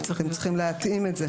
צריך להתאים את זה.